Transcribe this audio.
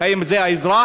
האם זה האזרח?